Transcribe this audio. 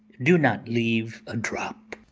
do not leave a drop.